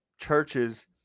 churches